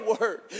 word